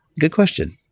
good question.